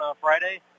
Friday